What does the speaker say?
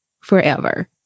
forever